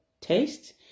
taste